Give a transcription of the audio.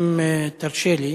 אם תרשה לי,